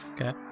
Okay